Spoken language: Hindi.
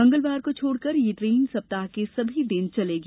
मंगलवार को छोड़कर यह ट्रेन सप्ताह के सभी दिन चलेगी